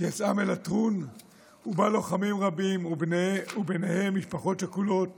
שיצאה מלטרון ובה לוחמים רבים ובהם משפחות שכולות